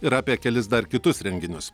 ir apie kelis dar kitus renginius